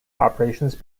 operations